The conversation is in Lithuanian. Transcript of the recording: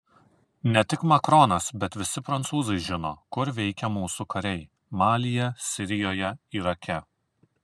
ne tik macronas bet visi prancūzai žino kur veikia mūsų kariai malyje sirijoje irake